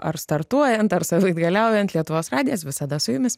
ar startuojant ar savaitgaliaujant lietuvos radijas visada su jumis